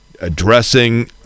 addressing